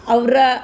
ಅವರ